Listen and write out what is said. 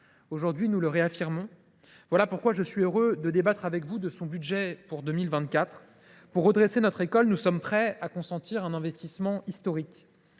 aujourd’hui, nous la réaffirmons. C’est pourquoi je suis heureux de débattre avec vous de son budget pour 2024. Pour la redresser, nous sommes prêts à consentir un investissement historique